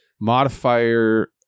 modifier